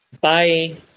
Bye